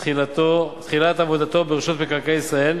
תחילת עבודתו ברשות מקרקעי ישראל,